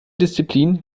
disziplin